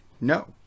No